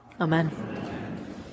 Amen